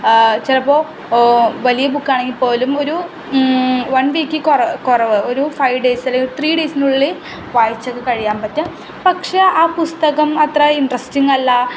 ചിലപ്പോൾ വലിയ ബുക്കാണെങ്കിൽ പോലും ഒരു വൺ വീക്കിൽ കുറ കുറവ് ഒരു ഫൈവ് ഡേയ്സിൽ ത്രീ ഡേയ്സിനുള്ളിൽ വായിച്ചൊക്കെ കഴിയാൻ പറ്റും പക്ഷേ ആ പുസ്തകം അത്ര ഇൻട്രസ്റ്റിങ്ങല്ല